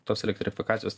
tos elektrifikacijos